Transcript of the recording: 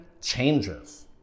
changes